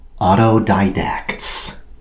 autodidacts